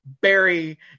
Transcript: Barry